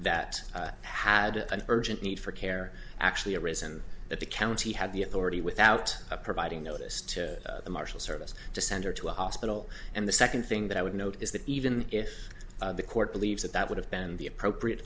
that had an urgent need for care actually arisen that the county had the authority without providing notice to the marshal service to send her to a hospital and the second thing that i would note is that even if the court believes that that would have been the appropriate